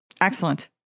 Excellent